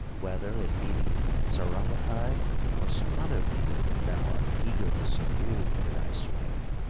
whether it be the sauromatae or some other people that thou art eager to subdue to thy sway.